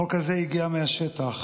החוק הזה הגיע מהשטח,